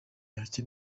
hakiri